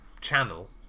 channel